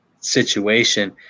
situation